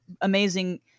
amazing